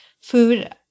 Food